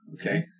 Okay